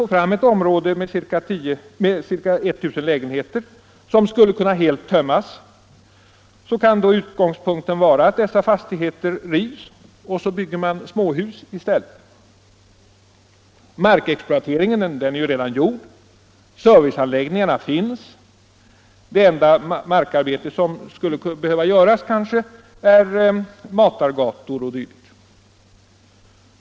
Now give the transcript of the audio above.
Om man alltså hittar ett begränsat område med ca 1000 lägenheter som helt skulle kunna tömmas, kan man tänka sig att dessa fastigheter rivs, och ersätts med småhus i stället. Markexploateringen är redan gjord, serviceanläggningarna finns. Det enda markarbete som skulle behöva göras är kanske matargator o. d.